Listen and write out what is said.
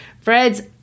Fred's